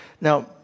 Now